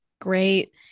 Great